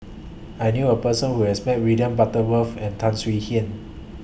I knew A Person Who has Met William Butterworth and Tan Swie Hian